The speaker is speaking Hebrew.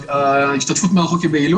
מה שנקרא בזמן המשבר,